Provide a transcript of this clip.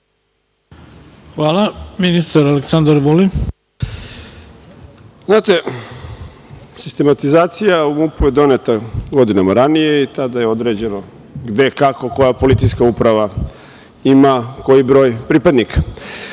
Vulin. **Aleksandar Vulin** Znate, sistematizacija u MUP-u je doneta godinama ranije i tada je određeno gde, kako, koja policijska uprava ima koji broj pripadnika.